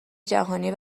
جهانی